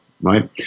Right